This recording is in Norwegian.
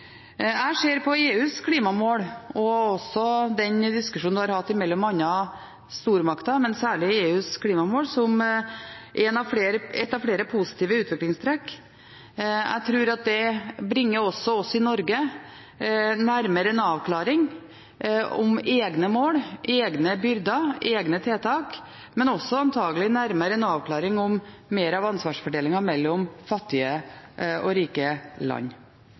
Jeg ser på EUs klimamål – og også den diskusjonen vi har hatt mellom andre stormakter, men særlig EUs klimamål – som ett av flere positive utviklingstrekk. Jeg tror at det bringer oss i Norge nærmere en avklaring av egne mål, egne byrder og egne tiltak, men også antakelig nærmere en avklaring av mer av ansvarsfordelingen mellom fattige og rike land.